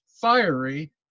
fiery